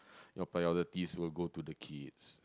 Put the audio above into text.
your priorities will go to the kids